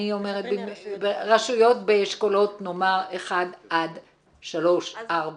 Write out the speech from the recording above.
חלשות באשכולות 1-3, 4?